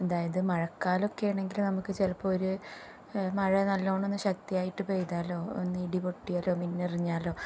അതായത് മഴക്കാലം ഒക്കെയാണെങ്കിൽ നമുക്ക് ചിലപ്പോൾ ഒരു മഴ നല്ലവണ്ണം ഒന്ന് ശക്തിയായിട്ട് പെയ്താലോ ഒന്ന് ഇടി പൊട്ടിയാലോ മിന്നെറിഞ്ഞാലോ